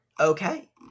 Okay